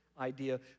idea